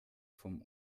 vom